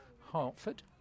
Hartford